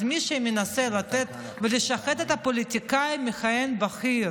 אז מי שמנסה לתת ולשחד פוליטיקאי מכהן בכיר